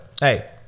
Hey